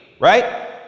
right